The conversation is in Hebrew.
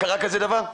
קרה כזה דבר?